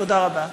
תודה רבה.